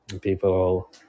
People